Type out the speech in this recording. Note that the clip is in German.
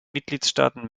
mitgliedstaaten